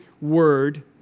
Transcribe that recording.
word